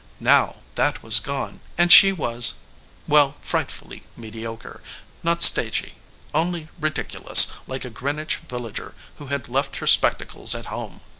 now that was gone and she was well frightfully mediocre not stagy only ridiculous, like a greenwich villager who had left her spectacles at home.